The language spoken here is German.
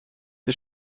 die